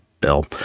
bill